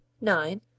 nine